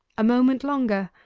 a moment longer,